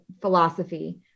philosophy